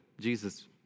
Jesus